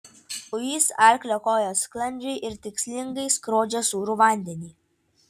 uis arklio kojos sklandžiai ir tikslingai skrodžia sūrų vandenį